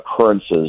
occurrences